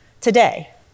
today